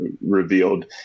revealed